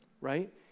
right